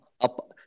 up